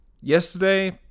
Yesterday